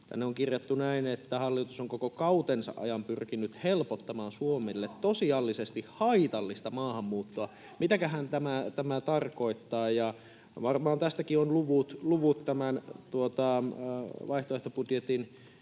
Tänne on kirjattu näin, että ”hallitus on koko kautensa ajan pyrkinyt helpottamaan Suomelle tosiasiallisesti haitallista maahanmuuttoa”. [Sanna Antikainen: No niin onkin, se on totta!] Mitäköhän tämä tarkoittaa? Ja varmaan tästäkin on luvut tämän vaihtoehtobudjetin